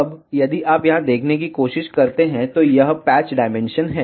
अब यदि आप यहां देखने की कोशिश करते हैं तो यह पैच डायमेंशन है